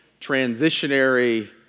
transitionary